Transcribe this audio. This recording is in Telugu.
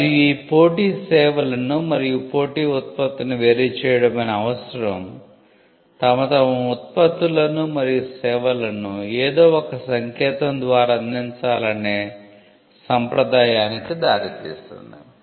మరియు ఈ పోటీ సేవలను మరియు పోటీ ఉత్పత్తిని వేరుచేయడమనే అవసరం తమ తమ ఉత్పత్తులను మరియు సేవలను ఏదో ఒక సంకేతం ద్వారా అందించాలనే సoప్రదాయానికి దారి తీసింది